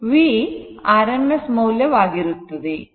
V rms ಮೌಲ್ಯ ಆಗಿರುತ್ತದೆ